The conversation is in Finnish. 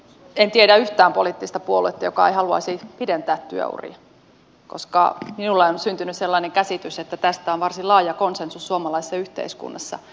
en tiedä yhtään poliittista puoluetta jotka ei haluaisi pidentää työuria koska minulla on syntynyt sellainen käsitys että tästä on varsin laaja konsensus suomalaisessa yhteiskunnassa